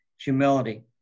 Humility